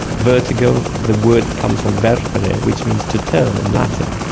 vertigo, the word comes from vertere which means to turn in latin.